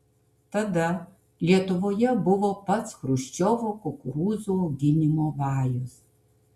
tada lietuvoje buvo pats chruščiovo kukurūzų auginimo vajus